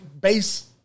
base